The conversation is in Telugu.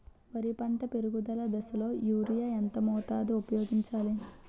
వరి పంట పెరుగుదల దశలో యూరియా ఎంత మోతాదు ఊపయోగించాలి?